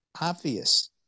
obvious